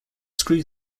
screw